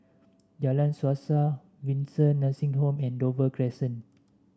Jalan Suasa Windsor Nursing Home and Dover Crescent